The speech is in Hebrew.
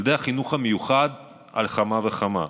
ילדי החינוך המיוחד, על אחת כמה וכמה.